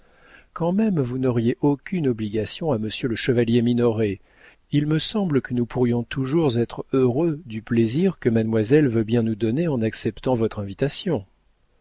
quand même vous n'auriez aucune obligation à monsieur le chevalier minoret il me semble que nous pourrions toujours être heureux du plaisir que mademoiselle veut bien nous donner en acceptant votre invitation